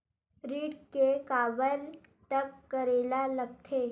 ऋण के काबर तक करेला लगथे?